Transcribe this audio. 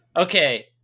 Okay